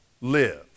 live